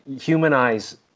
humanize